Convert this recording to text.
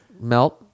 melt